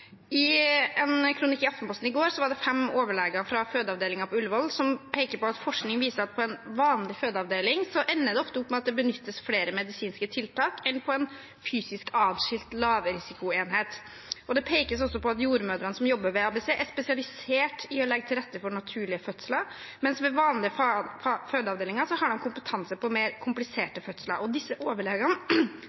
på at forskning viser at på en vanlig fødeavdeling ender det ofte opp med at det benyttes flere medisinske tiltak enn på en fysisk adskilt lavrisikoenhet. Det pekes også på at jordmødrene som jobber ved ABC, er spesialisert i å legge til rette for naturlige fødsler, mens ved vanlige fødeavdelinger har de kompetanse på mer kompliserte fødsler. Disse overlegene konkluderer med at for å oppnå de beste resultatene i fødselsomsorgen, er det behov for adskilte enheter og